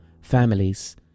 families